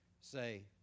say